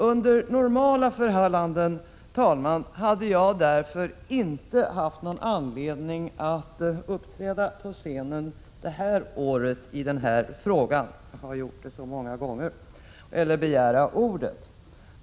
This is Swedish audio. Under normala förhållanden, herr talman, hade jag därför inte haft någon anledning att också i år uppträda på scenen och ta till orda i den här frågan.